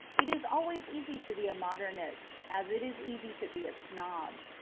it is always easy to be a modernist, as it is easy to be a snob.